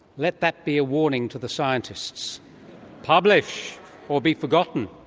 let that be a warning to the scientists publish or be forgotten!